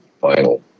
final